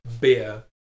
beer